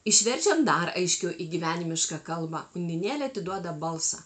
išverčiam dar aiškiau į gyvenimišką kalba undinėlė atiduoda balsą